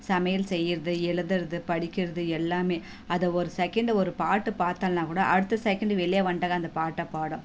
சமையல் செய்கிறது எழுதுறது படிக்கிறது எல்லாமே அதை ஒரு செகண்ட ஒரு பாட்டு பார்த்தன்னா கூட அடுத்த செகண்டு வெளிய வந்துடாக்கா அந்த பாட்டை பாடும்